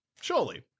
Surely